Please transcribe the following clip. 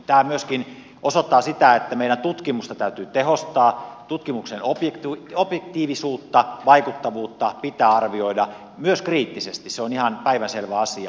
tämä myöskin osoittaa sitä että meidän tutkimustamme täytyy tehostaa tutkimuksen objektiivisuutta vaikuttavuutta pitää arvioida myös kriittisesti se on ihan päivänselvä asia